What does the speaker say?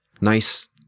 nice